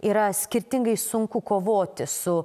yra skirtingai sunku kovoti su